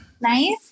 Nice